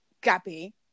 Gabby